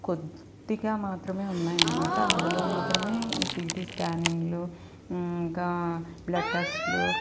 కొద్దిగా మాత్రమే ఉన్నాయనమాట అందులో మాత్రమే ఈ సిటీ స్కానింగ్లు ఇంకా బ్లడ్ టెస్ట్లు